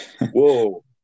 Whoa